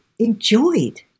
enjoyed